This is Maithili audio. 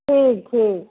ठीक ठीक